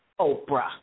Oprah